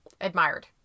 Admired